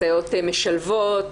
סייעות משלבות,